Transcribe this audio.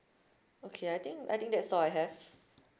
okay I think I think that's all I have